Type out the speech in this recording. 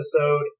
episode